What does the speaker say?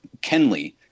Kenley